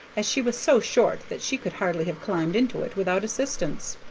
as she was so short that she could hardly have climbed into it without assistance.